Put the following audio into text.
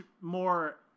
more